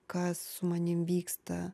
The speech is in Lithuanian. kas su manim vyksta